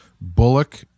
Bullock